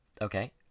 Okay